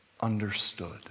understood